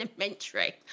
elementary